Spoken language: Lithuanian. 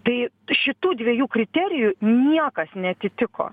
tai šitų dviejų kriterijų niekas neatitiko